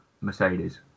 Mercedes